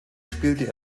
spielte